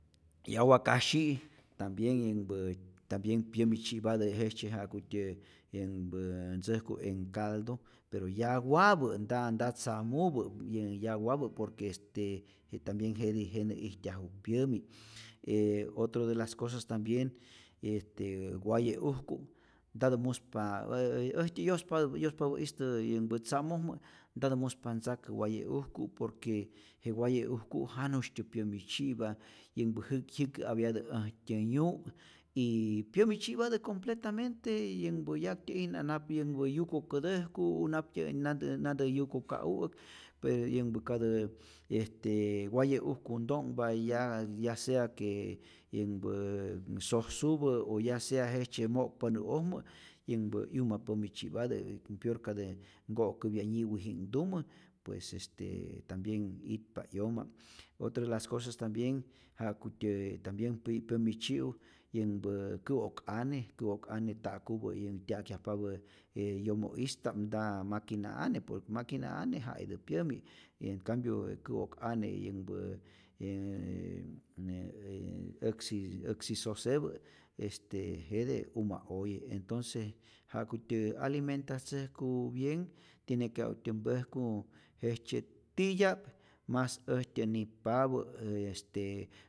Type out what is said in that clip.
Yawa kasyi'i tambien yänhpä tambien pyämitzyi'patä jejtzye ja'kutyä yänhpä ntzäjku en caldo, pero yawapä nta nta tzamupä, yänh yawapä por que este tambien jetij jenä ityaju pyämi', e otra de las cosas tambien este waye ujku, nta muspa e äjtyä' yospapä yospapä'istä yänhpä tza'mojmä ntatä muspa ntzakä waye ujku, por que je waye'ujku' janu'sytyä pyämi tzyi'pa, yänhpä jyäkä'apyatä äjtyä yu' y pyämi tzyi'patä completamente, yanhpä yaktyä'ijna nap yukokätäjku o naptyä nantä nantä yukoka'u'äk. pe yänhpä katä este waye ujku nto'nhpa ya ya sea que yänhpä sosupä o ya sea jejtzye mo'kpa nä'ojmä, yänhpä 'yuma pami tzyi'patä y y peor katä nko'käpya nyiwiji'knhtumä pues este tambien itpa 'yoma, otra de las cosas tambien ja'kutyä tambien muy pyämi tzyi'u yanhpä kä'ok ane, kä'ok ane ta'kupä yän tya'kyajpapä je yomo'ista'p nta maquina ane por maquina ane ja'itä pyämi, en cambio je kä'ok ane yähnpä yääää äää äksi aksi sosepä este jete uma oye, entonce ja'kutyä alimentatzäjku bienh tiene que ja'kutyä mpäjku jejtzye titya'p mas äjtyä nip'papä est.